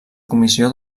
comissió